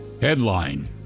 Headline